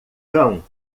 cão